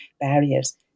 barriers